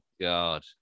God